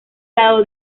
lado